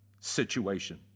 situation